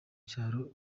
cyaro